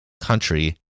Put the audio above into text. country